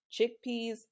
chickpeas